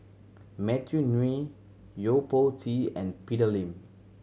Matthew Ngui Yo Po Tee and Peter Lee